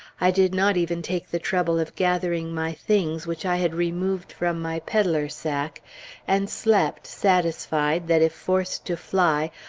i did not even take the trouble of gathering my things which i had removed from my peddler sack and slept, satisfied that, if forced to fly,